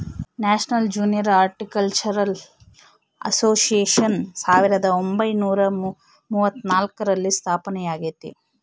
national junior horticultural association ಸಾವಿರದ ಒಂಬೈನುರ ಮೂವತ್ನಾಲ್ಕರಲ್ಲಿ ಸ್ಥಾಪನೆಯಾಗೆತೆ